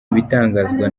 ibitangazwa